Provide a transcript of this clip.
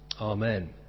Amen